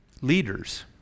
leaders